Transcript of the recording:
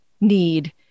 need